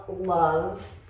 love